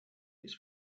its